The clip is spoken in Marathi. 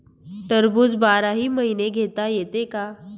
टरबूज बाराही महिने घेता येते का?